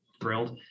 thrilled